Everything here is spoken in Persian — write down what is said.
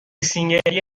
سینگلی